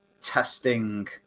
testing